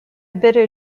bitter